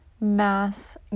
mass